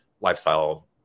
lifestyle